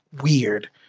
weird